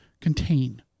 contain